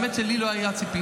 האמת שלי לא היו ציפיות,